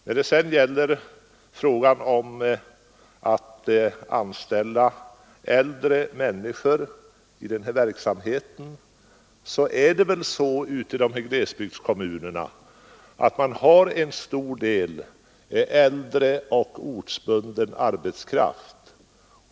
När det sedan gäller frågan om anställning av äldre människor i denna verksamhet förhåller det sig väl så i dessa glesbygdskommuner att man har en stor del äldre och ortsbunden arbetskraft.